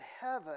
heaven